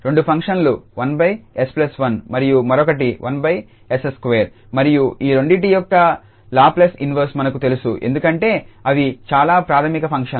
రెండు ఫంక్షన్లు 1𝑠1 మరియు మరొకటి 1𝑠2 మరియు ఈ రెండింటి యొక్క లాప్లేస్ ఇన్వర్స్ మనకు తెలుసు ఎందుకంటే అవి చాలా ప్రాథమిక ఫంక్షన్స్